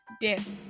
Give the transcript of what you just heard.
death